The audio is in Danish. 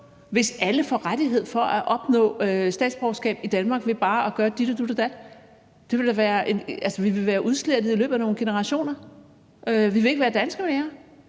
hvis alle får rettighed til at opnå statsborgerskab i Danmark ved bare at gøre dit og dut og dat. Vi vil være udslettet i løbet af nogle generationer. Vi vil ikke være danskere mere.